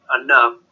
enough